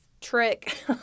trick